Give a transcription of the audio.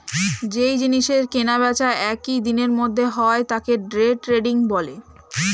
যেই জিনিসের কেনা বেচা একই দিনের মধ্যে হয় তাকে ডে ট্রেডিং বলে